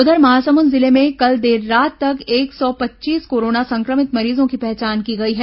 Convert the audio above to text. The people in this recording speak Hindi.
उधर महासमुंद जिले में कल देर रात तक एक सौ पच्चीस कोरोना संक्रमित मरीजों की पहचान की गई है